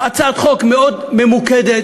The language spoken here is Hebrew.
הצעת חוק מאוד ממוקדת,